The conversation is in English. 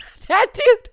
tattooed